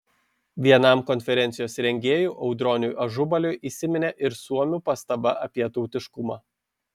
vienam konferencijos rengėjų audroniui ažubaliui įsiminė ir suomių pastaba apie tautiškumą